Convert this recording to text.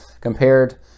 compared